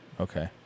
Okay